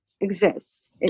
exist